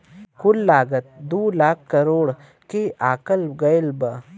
कुल लागत दू लाख करोड़ के आकल गएल बा